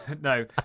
no